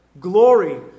Glory